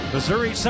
Missouri